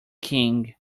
king